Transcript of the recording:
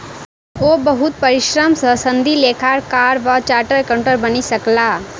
ओ बहुत परिश्रम सॅ सनदी लेखाकार वा चार्टर्ड अकाउंटेंट बनि सकला